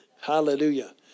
Hallelujah